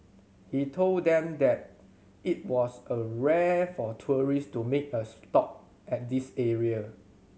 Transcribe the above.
he told them that it was a rare for tourist to make a stop at this area